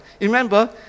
remember